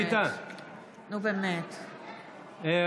אי-אפשר, יש לו סוכריות.